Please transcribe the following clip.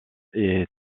est